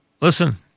listen